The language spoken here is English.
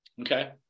okay